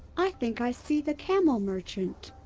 i think i see the camel merchant!